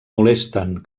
molesten